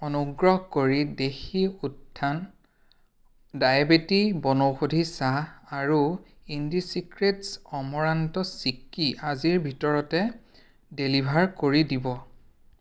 অনুগ্ৰহ কৰি দেশী উত্থান ডায়েবেটি বনৌষধি চাহ আৰু ইণ্ডিচিক্ৰেটছ অমৰান্ত চিক্কি আজিৰ ভিতৰতে ডেলিভাৰ কৰি দিব